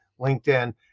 LinkedIn